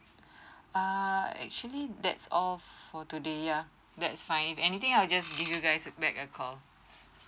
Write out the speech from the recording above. err actually that's all for today yeah that's fine if anything I'll just give you guys back a call